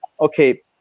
okay